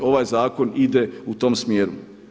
Ovaj zakon ide u tom smjeru.